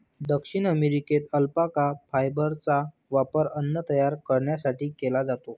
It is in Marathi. दक्षिण अमेरिकेत अल्पाका फायबरचा वापर अन्न तयार करण्यासाठी केला जातो